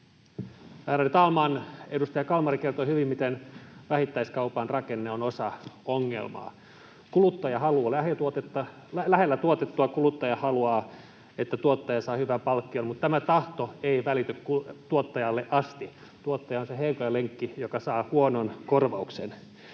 Ärade talman! Edustaja Kalmari kertoi hyvin, miten vähittäiskaupan rakenne on osa ongelmaa. Kuluttaja haluaa lähellä tuotettua, kuluttaja haluaa, että tuottaja saa hyvän palkkion — mutta tämä tahto ei välity tuottajalle asti. Tuottaja on se heikoin lenkki, joka saa huonon korvauksen.